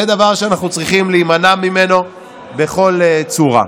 זה דבר שאנחנו צריכים להימנע ממנו בכל צורה.